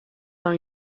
nav